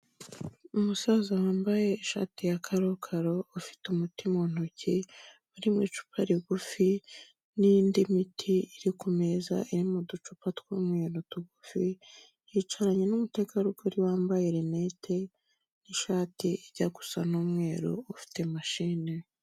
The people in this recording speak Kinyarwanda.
Umusaza wambaye ishati ya karokaro ufite umuti mu ntoki uri mu icupa rigufi n'indi miti iri ku meza iri mu ducupa tw'umweru tugufi, yicaranye n'umutegarugori wambaye rinete n'ishati ijya gusa n'umweru ufite machine.